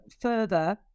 further